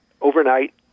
overnight